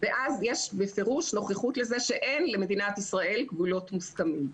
ואז יש בפירוש נוכחות לזה שאין למדינת ישראל גבולות מוסכמים.